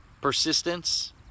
persistence